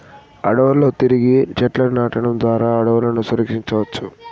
అడవులలో తిరిగి చెట్లను నాటడం ద్వారా అడవులను సంరక్షించవచ్చు